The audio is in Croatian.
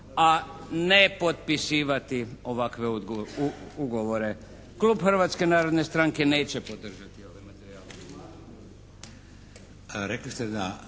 a ne potpisivati ovakve ugovore. Klub Hrvatske narodne stranke neće podržati ove materijale.